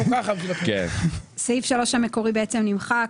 סעיף 3 המקורי נמחק,